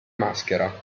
maschera